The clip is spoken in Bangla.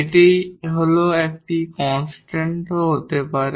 এটি একটি কনস্ট্যান্টও হতে পারে